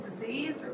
disease